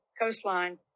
coastline